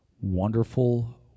wonderful